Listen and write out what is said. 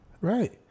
Right